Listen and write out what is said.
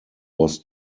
was